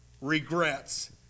regrets